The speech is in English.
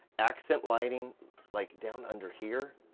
accent lighting like down under here.